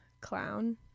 clown